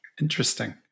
interesting